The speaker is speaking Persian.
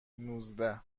نوزده